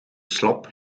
slap